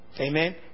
Amen